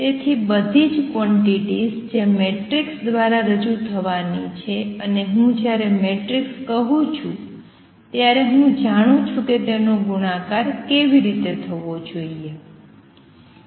તેથી બધી જ ક્વોંટીટીઝ જે મેટ્રિક્સ દ્વારા રજૂ થવાની છે અને હું જ્યારે મેટ્રિક્સ કહું છુ ત્યારે હું જાણું છું કે તેનો ગુણાકાર કેવી રીતે થવો જોઈએ